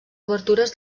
obertures